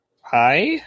Hi